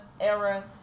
era